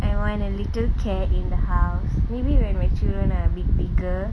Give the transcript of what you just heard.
I want a little cat in the house maybe when my children are a bit bigger